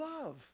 love